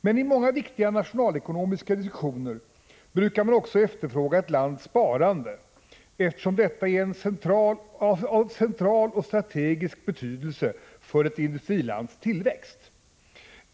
I många viktiga nationalekonomiska diskussioner brukar man också efterfråga ett lands sparande, eftersom detta är av central och strategisk betydelse för ett industrilands tillväxt.